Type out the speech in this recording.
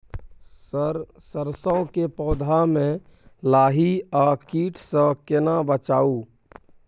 Sir सरसो के पौधा में लाही आ कीट स केना बचाऊ?